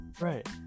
right